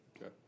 okay